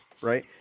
right